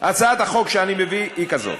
הצעת החוק שאני מביא היא כזאת.